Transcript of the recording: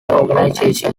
organization